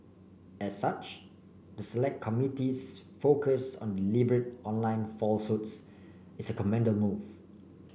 as such the select committee's focus on deliberate online falsehoods is commend move